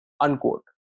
Unquote